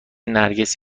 نرگس